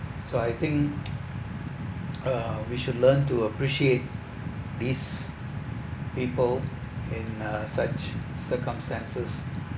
so I think uh we should learn to appreciate these people in a such circumstances